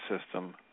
system